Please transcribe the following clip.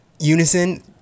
unison